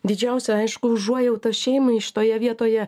didžiausia aišku užuojauta šeimai šitoje vietoje